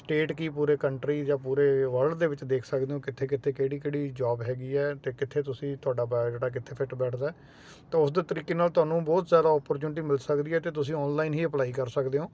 state ਕੀ ਪੂਰੇ country ਜਾਂ ਪੂਰੇ ਵਰਲਡ ਦੇ ਵਿੱਚ ਦੇਖ ਸਕਦੇ ਹੋ ਕਿੱਥੇ ਕਿੱਥੇ ਕਿਹੜੀ ਕਿਹੜੀ ਜੋਬ ਹੈਗੀ ਹੈ ਅਤੇ ਕਿੱਥੇ ਤੁਸੀਂ ਤੁਹਾਡਾ ਬਾਇਓਡਾਟਾ ਕਿੱਥੇ ਫਿੱਟ ਬੈਠਦਾ ਤਾਂ ਉਸ ਦੇ ਤਰੀਕੇ ਨਾਲ ਤੁਹਾਨੂੰ ਬਹੁਤ ਜ਼ਿਆਦਾ ਓਪੋਰਚਨਿਟੀ ਮਿਲ ਸਕਦੀ ਹੈ ਅਤੇ ਤੁਸੀਂ ਆਨਲਾਈਨ ਹੀ ਅਪਲਾਈ ਕਰ ਸਕਦੇ ਹੋ